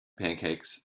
pancakes